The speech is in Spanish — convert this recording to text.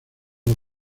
los